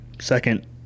Second